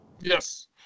yes